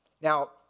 Now